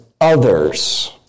others